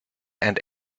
and